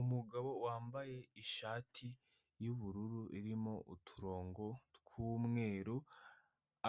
Umugabo wambaye ishati y'ubururu irimo uturongo tw'umweru,